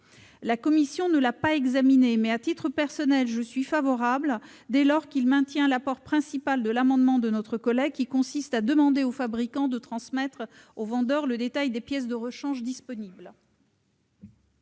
La commission n'a pas examiné ce sous-amendement ; mais à titre personnel j'y suis favorable, dès lors qu'il tend à maintenir l'apport principal de l'amendement de notre collègue, consistant à demander au fabricant de transmettre au vendeur le détail des pièces de rechange disponibles.